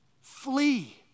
flee